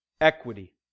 equity